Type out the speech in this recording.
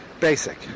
basic